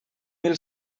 mil